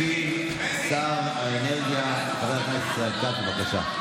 ישיב שר האנרגיה חבר הכנסת ישראל כץ, בבקשה.